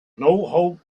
hope